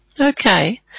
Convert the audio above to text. Okay